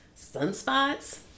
sunspots